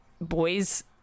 boys